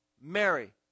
Mary